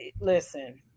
Listen